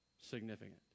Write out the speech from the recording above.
significant